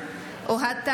אוהד טל,